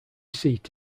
seat